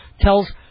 tells